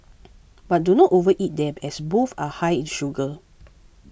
but do not overeat them as both are high in sugar